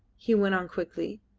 he went on quickly.